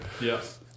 Yes